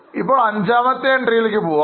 ഇപ്പോൾ അഞ്ചാമത്തെ എൻട്രിയിലേക്ക് പോകാം